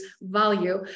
value